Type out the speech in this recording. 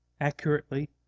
accurately